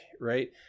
Right